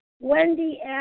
Wendy